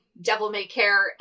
devil-may-care